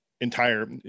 entire